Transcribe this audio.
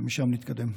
ומשם נתקדם.